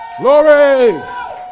Glory